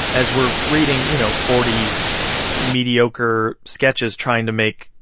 as we're reading, you know, forty mediocre sketches trying to make,